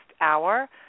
hour